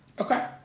Okay